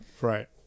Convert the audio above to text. Right